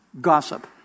gossip